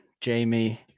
jamie